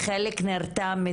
עצם העובדה,